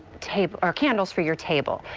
tape are candles for your table.